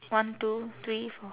one two three four